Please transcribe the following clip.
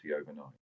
overnight